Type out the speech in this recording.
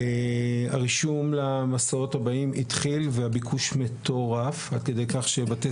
הרישום למסעות הבאים התחיל והביקוש מטורף עד כדי כך שבתי